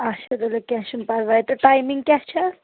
اَچھا تُلِو کینٛہہ چھُنہٕ پَرواے تہٕ ٹایمِنٛگ کیٛاہ چھےٚ